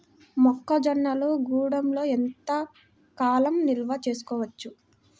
మొక్క జొన్నలు గూడంలో ఎంత కాలం నిల్వ చేసుకోవచ్చు?